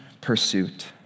pursuit